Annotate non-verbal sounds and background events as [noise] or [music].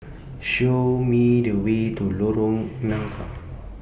[noise] Show Me The Way to Lorong Nangka